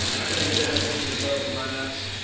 how can i get that listing to show up in my maps?